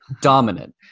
dominant